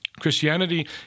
Christianity